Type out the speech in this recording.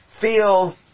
feel